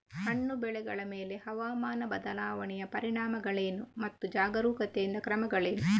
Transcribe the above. ಹಣ್ಣು ಬೆಳೆಗಳ ಮೇಲೆ ಹವಾಮಾನ ಬದಲಾವಣೆಯ ಪರಿಣಾಮಗಳೇನು ಮತ್ತು ಜಾಗರೂಕತೆಯಿಂದ ಕ್ರಮಗಳೇನು?